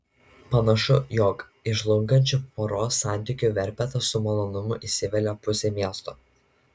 panašu jog į žlungančių poros santykių verpetą su malonumu įsivelia pusė miesto